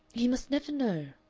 he must never know,